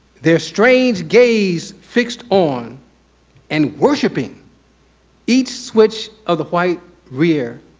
their strange gaze fixed on and worshiping each switch of the white rear.